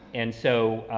and so,